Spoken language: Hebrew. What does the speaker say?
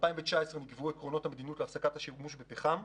ב-2019 נקבעו עקרונות המדיניות להפסקת השימוש בפחם.